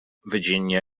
virginia